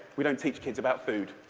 we don't teach kids about food,